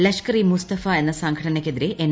ലഷ്കർ ഇ മുസ്തഫ എന്നീ സ്റ്റംഘടനയ്ക്കെതിരെ എൻ